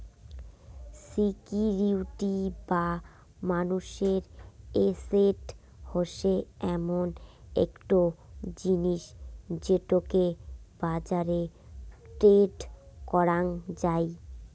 security বা মানুষের asset হসে এমন একটো জিনিস যেটোকে বাজারে ট্রেড করাং যাই